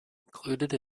included